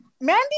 Mandy